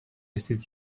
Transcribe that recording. رسید